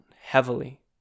heavily